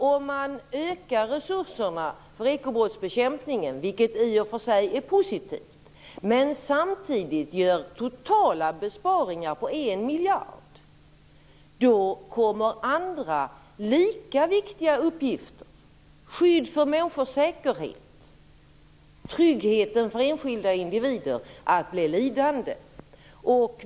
Om man ökar resurserna för ekobrottsbekämpningen, vilket i och för sig är positivt, men samtidigt gör totala besparingar på en miljard, kommer andra lika viktiga uppgifter - skydd för människors säkerhet, tryggheten för enskilda individer - att bli lidande.